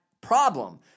problem